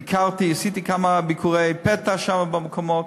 ביקרתי, עשיתי כמה ביקורי פתע שם, במקומות,